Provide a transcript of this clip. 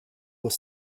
aux